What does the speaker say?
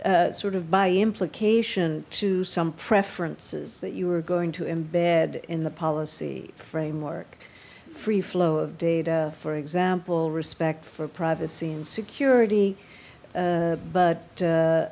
d sort of by implication to some preferences that you are going to embed in the policy framework free flow of data for example respect for privacy and security but